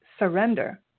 Surrender